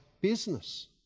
business